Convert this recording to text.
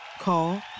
Call